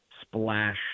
splash